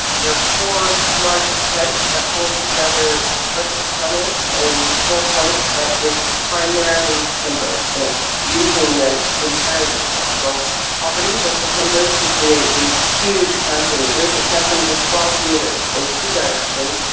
there are four larger plates that holds together the vertical panels in four points, but it's primarily timber. it's using the inherent structural properties of the timber to create these huge cantilevers, it cantilevers twelve metres in two directions,